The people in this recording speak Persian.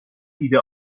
ایده